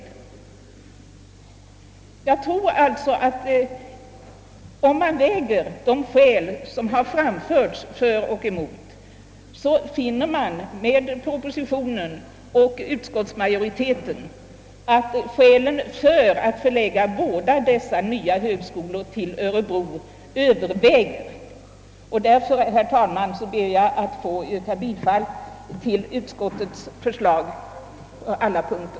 Om man väger de skäl för och emot som har framförts tror jag att man i likhet med departementschefen och utskottsmajoriteten skall finna att skälen för att förlägga båda dessa nya högskolor till Örebro väger tyngst. Jag ber därför, herr talman, att få yrka bifall till utskottets hemställan på alla punkter.